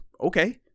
okay